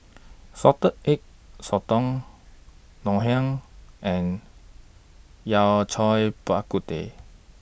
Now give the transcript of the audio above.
Salted Egg Sotong Ngoh Hiang and Yao Cai Bak Kut Teh